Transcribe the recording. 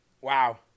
Wow